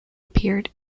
appeared